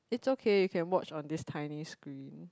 it's okay you can watch on this tiny screen